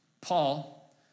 Paul